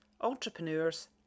entrepreneurs